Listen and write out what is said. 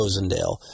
Rosendale